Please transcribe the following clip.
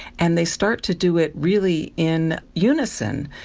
and they start to do it really in unison.